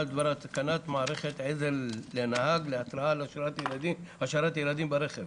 התשפ"א-2021 בדבר התקנת מערכת עזר לנהג להתרעה על השארת ילדים ברכב